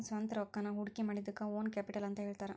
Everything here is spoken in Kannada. ನಮ್ದ ಸ್ವಂತ್ ರೊಕ್ಕಾನ ಹೊಡ್ಕಿಮಾಡಿದಕ್ಕ ಓನ್ ಕ್ಯಾಪಿಟಲ್ ಅಂತ್ ಹೇಳ್ತಾರ